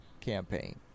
campaign